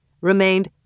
remained